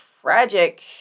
tragic